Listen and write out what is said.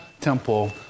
temple